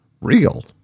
real